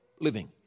living